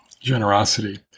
generosity